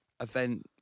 event